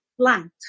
Plant